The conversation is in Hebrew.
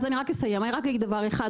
אז אגיד רק דבר אחד.